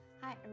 hi